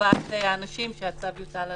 לטובת האנשים שהצו יוטל עליהם.